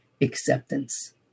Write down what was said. acceptance